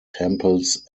temples